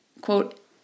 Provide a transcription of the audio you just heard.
quote